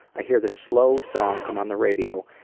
i hear the slow song come on the radio,